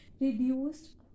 reduced